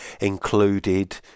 included